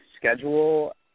schedule